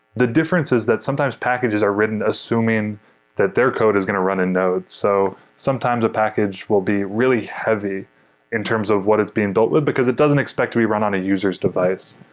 the difference is that sometimes packages are written assuming that their code is going to run in node. so sometimes a package will be really heavy in terms of what it's being built with, because it doesn't expect to be run on a user's device.